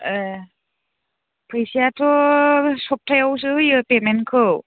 ए फैसायाथ' सप्तायावसो होयो पेमेन्टखौ